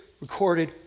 recorded